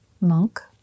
Monk